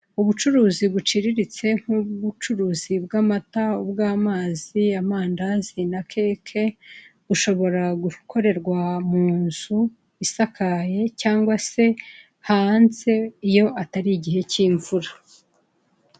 Ubucuruzi buciriritse nk'ubucuruzi bw'amata, ubw'amazi, amandazi na keke bushobora gukorerwa mu nzu isakaye cyangwa hanze iyo atari igihe k'imvura.